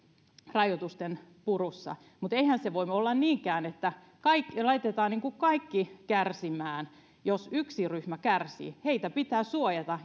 rajoitusten purussa mutta eihän se voi olla niinkään että laitetaan niin kuin kaikki kärsimään jos yksi ryhmä kärsii heitä pitää suojata